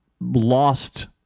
lost